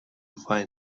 find